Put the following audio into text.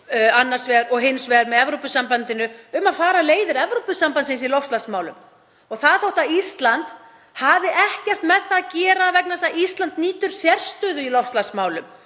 annars vegar og hins vegar með Evrópusambandinu um að fara leiðir Evrópusambandsins í loftslagsmálum og það þótt að Ísland hafi ekkert með það að gera vegna þess að Ísland nýtur sérstöðu í loftslagsmálum.